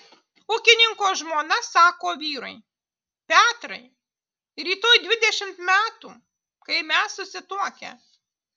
ūkininko žmona sako vyrui petrai rytoj dvidešimt metų kai mes susituokę